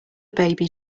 baby